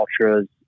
ultras